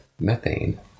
methane